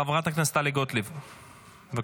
חברת הכנסת טלי גוטליב, בבקשה.